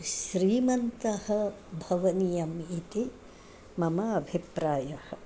श्रीमन्तः भवनीयम् इति मम अभिप्रायः